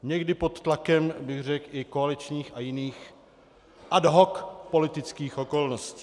Někdy pod tlakem, bych řekl, i koaličních a jiných ad hoc politických okolností.